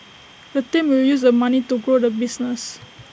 the team will use the money to grow the business